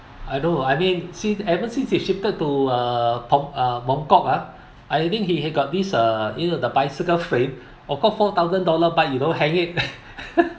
I don't know I mean since ever since they shifted to uh pung~ uh Punggol ah I think he he got this uh you know the bicycle frame of course four thousand dollar bike you know hang it